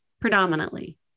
predominantly